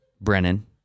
Brennan